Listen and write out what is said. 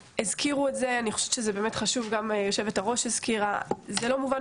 הזכירו את זה וגם היושבת-ראש הזכירה זה לא מובן